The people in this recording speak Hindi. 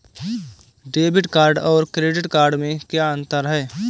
डेबिट कार्ड और क्रेडिट कार्ड में क्या अंतर है?